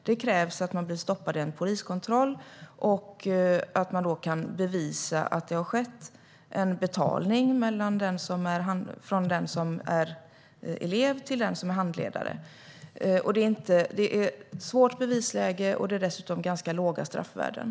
Det krävs att någon blir stoppad i en poliskontroll och att man då kan bevisa att det har skett en betalning från den som är elev till den som är handledare. Det är ett svårt bevisläge, och det är dessutom ganska låga straffvärden.